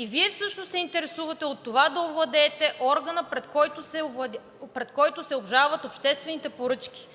и Вие всъщност се интересувате от това да овладеете органа, пред който се обжалват обществените поръчки.